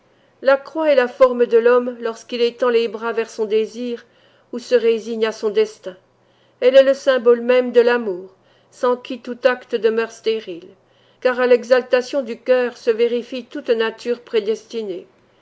la croix est la forme de l'homme lorsqu'il étend les bras vers son désir ou se résigne à son destin elle est le symbole même de l'amour sans qui tout acte demeure stérile car à l'exaltation du cœur se vérifie toute nature prédestinée